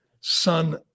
son